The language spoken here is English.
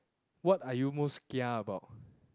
what are you most kia about